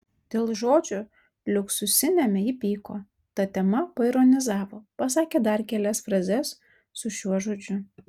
dėl žodžio liuksusiniame įpyko ta tema paironizavo pasakė dar kelias frazes su šiuo žodžiu